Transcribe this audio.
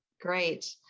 Great